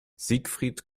siegfried